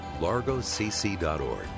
largocc.org